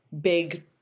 big